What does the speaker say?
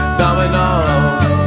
dominoes